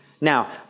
Now